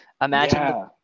Imagine